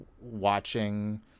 watching